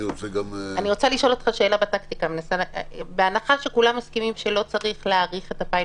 זה גם חלק מהמדדים של הפיילוט.